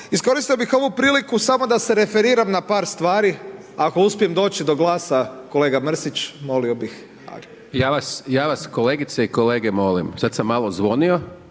Iskoristio bih ovu priliku samo da se referiram na par stvari ako uspijem doći do glasa, kolega Mrsić molio bih. **Hajdaš Dončić, Siniša (SDP)** Ja vas kolegice i kolege molim, sada sam malo zvonio,